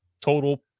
total